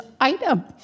item